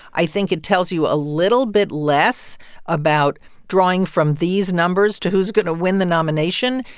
i think it tells you a little bit less about drawing from these numbers to who's going to win the nomination.